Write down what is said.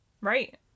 Right